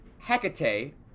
Hecate